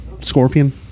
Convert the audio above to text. Scorpion